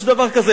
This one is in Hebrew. יש דבר כזה,